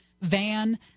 van